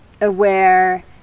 aware